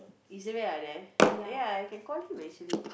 ya I can call him actually